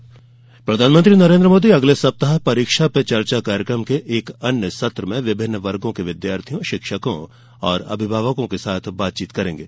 परीक्षा पे चर्चा प्रधानमंत्री नरेंद्र मोदी अगले सप्ताह परीक्षा पे चर्चा कार्यक्रम के एक अन्य सत्र में विभिन्न वर्गो के विद्यार्थियों शिक्षकों और अभिभावकों के साथ बातचीत करेंगे